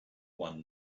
one